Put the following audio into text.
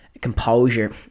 composure